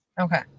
Okay